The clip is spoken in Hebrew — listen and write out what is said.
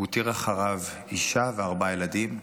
הוא הותיר אחריו אישה וארבעה ילדים,